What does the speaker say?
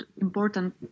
important